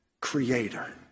creator